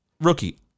rookie